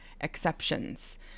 exceptions